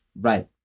Right